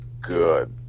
good